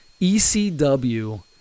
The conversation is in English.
ECW